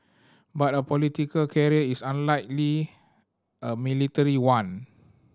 but a political career is unlike a military one